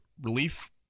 relief